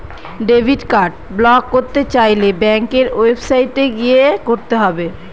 debit card block করতে চাইলে ব্যাঙ্কের ওয়েবসাইটে গিয়ে করতে হবে